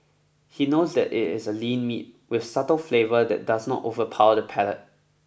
he knows that it is a lean meat with subtle flavour that does not overpower the palate